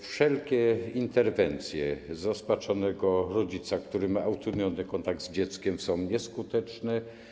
Wszelkie interwencje zrozpaczonego rodzica, który ma utrudniony kontakt z dzieckiem, są nieskuteczne.